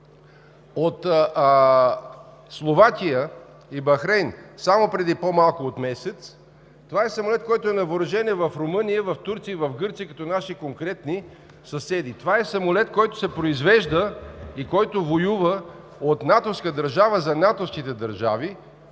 от Словакия и Бахрейн, само преди по-малко от месец. Това е самолет, който е на въоръжение в Румъния, в Турция и в Гърция, като наши конкретни съседи. Това е самолет, който се произвежда и който воюва от натовска държава за натовските държави